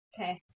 Okay